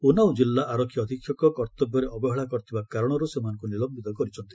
ଉନାଓ ଜିଲ୍ଲା ଆରକ୍ଷୀ ଅଧୀକ୍ଷକ କର୍ତ୍ତବ୍ୟରେ ଅବହେଳା କରିଥିବା କାରଣରୁ ସେମାନଙ୍କୁ ନିଲୟିତ କରିଛନ୍ତି